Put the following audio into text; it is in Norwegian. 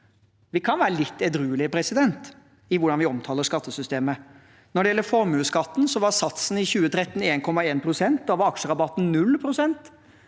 Vi kan være litt edruelige i hvordan vi omtaler skattesystemet. Når det gjelder formuesskatten, var satsen i 2013 1,1 pst. Da var aksjerabatten 0 pst.